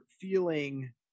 feeling